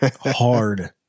hard